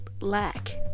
lack